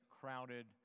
crowded